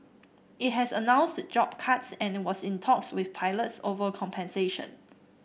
it has announced job cuts and was in talks with pilots over compensation